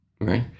right